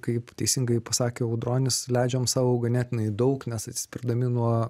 kaip teisingai pasakė audronis leidžiam sau ganėtinai daug nes atsispirdami nuo